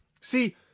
See